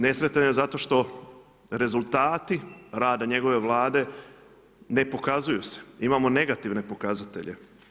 Nesretan je zato što rezultati rada njegove Vlade ne pokazuju se, imamo negativne pokazatelje.